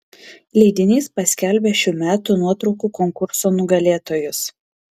leidinys paskelbė šių metų nuotraukų konkurso nugalėtojus